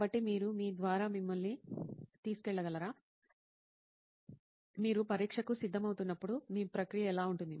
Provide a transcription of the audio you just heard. కాబట్టి మీరు మీ ద్వారా మమ్మల్ని తీసుకెళ్లగలరా మీరు పరీక్షకు సిద్ధమవుతున్నప్పుడు మీ ప్రక్రియ ఎలా ఉంటుంది